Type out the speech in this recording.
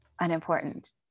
unimportant